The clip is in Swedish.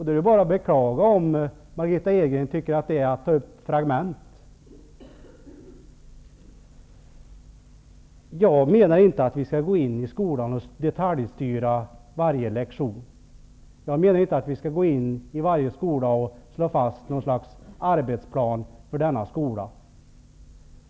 Det är då bara att beklaga att Margitta Edgren tycker att ta upp dessa frågor är att ta upp fragment. Jag menar inte att vi skall gå in och detaljstyra varje lektion i skolan, eller gå in i varje skola och slå fast någon slags arbetsplan för den skolan.